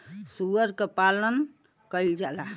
सूअर क पालन कइल जाला